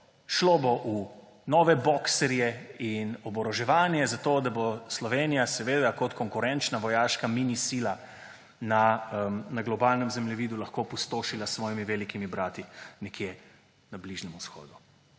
šli bodo v nove boxerje in oboroževanje, zato da bo Slovenija kot konkurenčna vojaška mini sila na globalnem zemljevidu lahko pustošila s svojimi velikimi brati nekje na Bližnjem vzhodu.